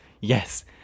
yes